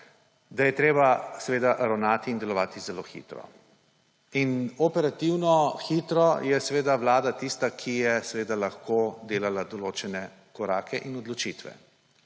da je treba ravnati in delovati zelo hitro. Operativno hitro je seveda vlada tista, ki je lahko delala določene korake in odločitve.